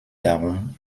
darum